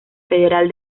federal